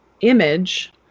image